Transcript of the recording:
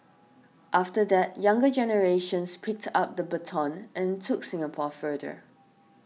after that younger generations picked up the baton and took Singapore further